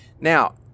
Now